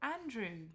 Andrew